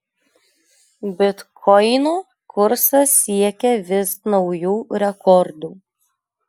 bitkoino kursas siekia vis naujų rekordų